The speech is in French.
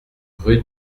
rue